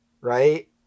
right